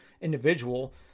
individual